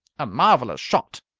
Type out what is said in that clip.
a marvellous shot!